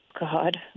God